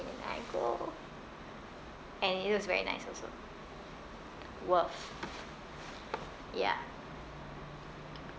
and I go and it looks very nice also worth ya